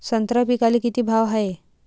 संत्रा पिकाले किती भाव हाये?